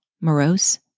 morose